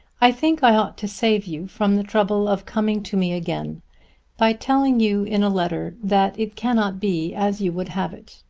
i think i ought to save you from the trouble of coming to me again by telling you in a letter that it cannot be as you would have it.